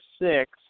six